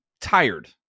tired